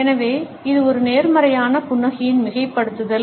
எனவே இது ஒரு நேர்மறையான புன்னகையின் மிகைப்படுத்தல்